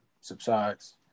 subsides